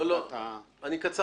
הוא שואל